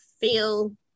feel